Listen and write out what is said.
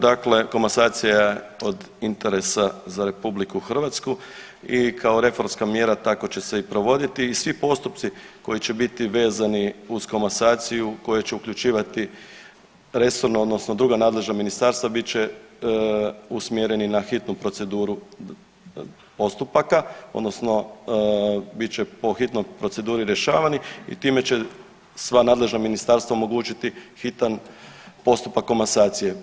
Dakle, komasacija je od interesa za RH i kao reformska mjera tako će se i provoditi i svi postupci koji će biti vezani uz komasaciju koje će uključivati resorno odnosno druga nadležna ministarstva bit će usmjeri na hitnu proceduru postupaka odnosno bit će po hitnoj proceduri rješavani i time će sva nadležna ministarstva omogućiti hitan postupak komasacije.